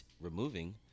removing